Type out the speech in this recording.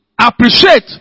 appreciate